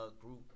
group